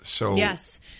yes